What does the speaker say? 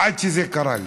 עד שזה קרה לי.